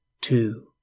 two